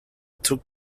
took